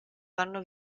vanno